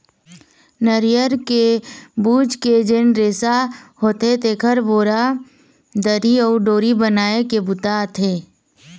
नरियर के बूच के जेन रेसा होथे तेखर बोरा, दरी अउ डोरी बनाए के बूता आथे